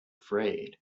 afraid